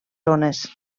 zones